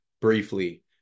briefly